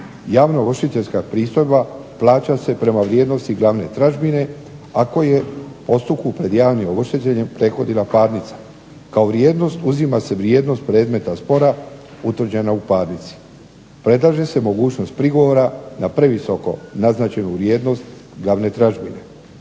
Javnoovršiteljska pristojba plaća se prema vrijednosti glavne tražbine ako je u postupku pred javnim ovršiteljem prethodila parnica. Kao vrijednost uzima se vrijednost predmeta spora utvrđena u parnici. Predlaže se mogućnost prigovora na previsoko naznačenu vrijednost glavne tražbine.